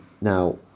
Now